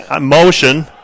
motion